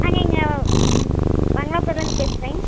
நாங்கள் இங்கே பு பங்களாபுதூர்லிந்து பேசுறேங்க